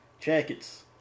jackets